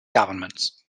governments